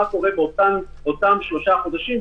מה קורה באותם שלושה חודשים,